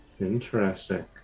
Interesting